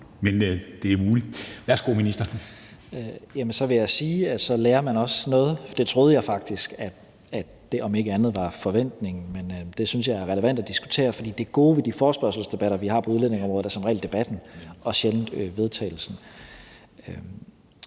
integrationsministeren (Mattias Tesfaye): Så vil jeg sige, at så lærte jeg også noget, for det troede jeg faktisk om ikke andet var forventningen. Men det synes jeg er relevant at diskutere, for det gode ved de forespørgselsdebatter, vi har på udlændingeområdet, er som regel debatten og sjældent forslagene